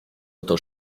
oto